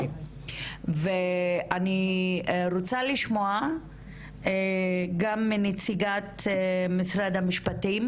ואני רוצה לשמוע גם מנציגת משרד המשפטים.